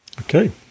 Okay